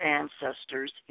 ancestors